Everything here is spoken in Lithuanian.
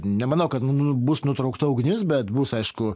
nemanau kad bus nutraukta ugnis bet bus aišku